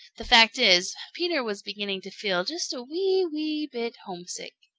the fact is, peter was beginning to feel just a wee, wee bit homesick.